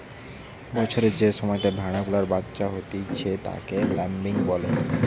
বছরের যে সময়তে ভেড়া গুলার বাচ্চা হতিছে তাকে ল্যাম্বিং বলে